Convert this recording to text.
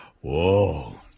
Whoa